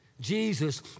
Jesus